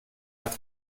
hat